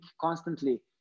constantly